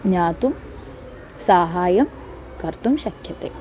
ज्ञातुं साहायं कर्तुं शक्यते